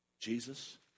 Jesus